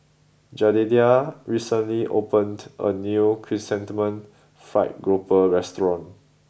Jedediah recently opened a new Chrysanthemum Fried Grouper restaurant